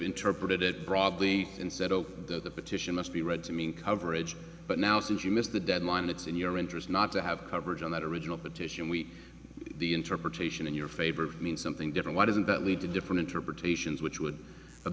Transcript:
interpreted it broadly and said that the petition must be read to mean coverage but now since you missed the deadline it's in your interest not to have coverage on that original petition we the interpretation in your favor means something different what is it that lead to different interpretations which would